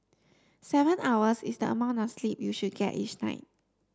seven hours is the amount of sleep you should get each night